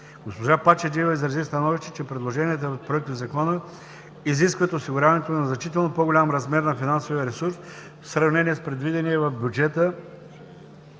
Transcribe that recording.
Госпожа Пачеджиева изрази становище, че предложенията в проектозакона изискват осигуряването на значително по-голям размер на финансовия ресурс в сравнение с предвидения бюджет